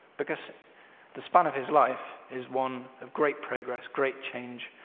because the span of his life is one of great progress, great change,